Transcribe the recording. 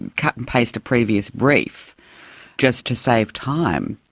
cut and paste a previous brief just to save time.